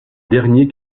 dernier